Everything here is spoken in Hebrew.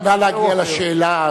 נא להגיע לשאלה.